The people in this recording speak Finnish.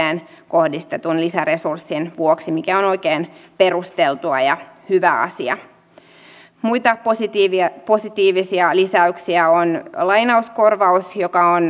tässä on käyty värikästä keskustelua siitä missä tilanteessa maamme on itse asiassa tänään ja tässä keskustelussa nyt pääpaino on ollut työllisyyskysymyksissä